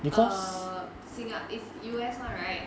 err singa~ it's U_S [one] right